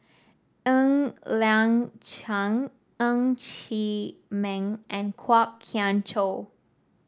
Ng Liang Chiang Ng Chee Meng and Kwok Kian Chow